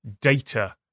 data